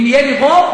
ואם יהיה לי רוב,